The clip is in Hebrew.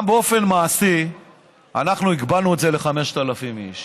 גם באופן מעשי אנחנו הגבלנו את זה ל-5,000 איש.